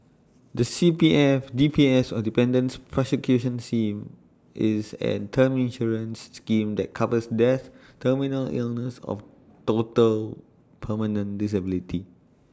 the C P F D P S or Dependants' persecution same is A term insurance scheme that covers death terminal illness of total permanent disability